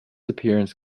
appearance